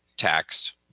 Tax